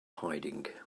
hiding